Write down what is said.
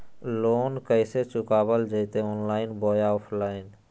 Loan कैसे चुकाबल जयते ऑनलाइन बोया ऑफलाइन?